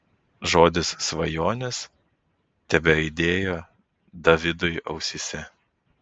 žodis svajonės tebeaidėjo davidui ausyse